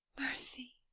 mercy!